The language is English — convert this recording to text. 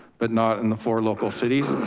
but not in the four local cities,